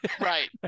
Right